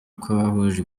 kw’abahuje